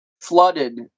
flooded